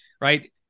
right